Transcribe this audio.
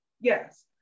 Yes